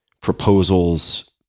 proposals